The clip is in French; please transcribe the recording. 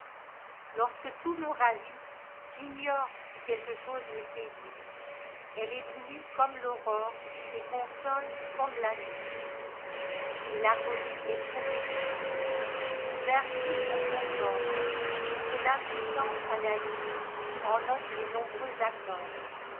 lorsque tout me ravit j'ignoresi quelque chose me séduit elle éblouit comme l'auroreet console comme la nuit et l'harmonie est trop exquise qui gouverne tout son beau corps pour que l'impuissante analyseen note les nombreux accords